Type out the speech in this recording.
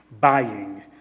buying